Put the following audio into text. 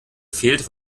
fehlt